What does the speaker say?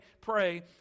pray